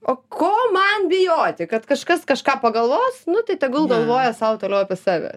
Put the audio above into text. o ko man bijoti kad kažkas kažką pagalvos nu tai tegul galvoja sau toliau apie save